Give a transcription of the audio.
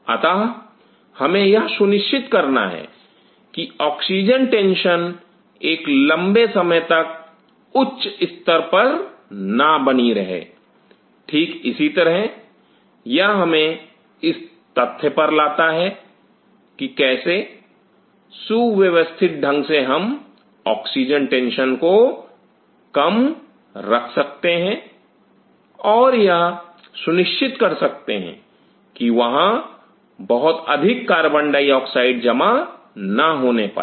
अतः हमें यह सुनिश्चित करना है कि ऑक्सीजन टेंशन एक लंबे समय तक उच्च स्तर पर ना बनी रहे ठीक इसी तरह यह हमें इस तथ्य पर लाता है कि कैसे सुव्यवस्थित ढंग से हम ऑक्सीजन टेंशन को कम रख सकते हैं और यह सुनिश्चित कर सकते हैं कि वहां बहुत अधिक कार्बन डाइऑक्साइड जमा ना होने पाय